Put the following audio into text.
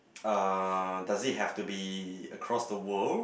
uh does it have to be across the world